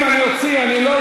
אני מודה